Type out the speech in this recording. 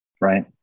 Right